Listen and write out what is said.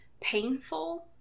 painful